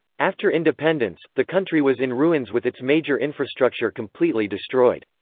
after independence, the country was in ruins with its major infrastructure completely destroyed.